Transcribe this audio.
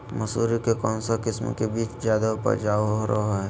मसूरी के कौन किस्म के बीच ज्यादा उपजाऊ रहो हय?